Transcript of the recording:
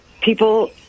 people